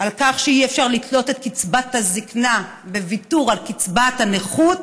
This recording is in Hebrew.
על כך שאי-אפשר לתלות את קצבת הזקנה בוויתור על קצבת הנכות.